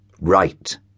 right